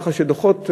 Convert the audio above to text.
כך שדוחות,